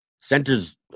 Center's